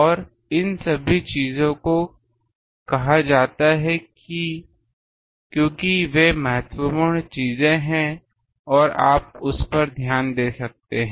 और इन सभी चीजों को कहा जाता है क्योंकि वे महत्वपूर्ण चीजें हैं और आप उस पर ध्यान दे सकते हैं